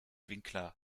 winkler